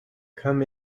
come